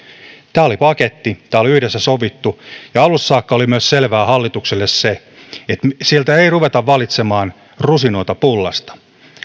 tämä oli paketti tämä oli yhdessä sovittu ja alusta saakka myös se oli selvää hallitukselle että sieltä ei ruveta valitsemaan rusinoita pullasta